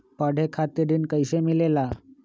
पढे खातीर ऋण कईसे मिले ला?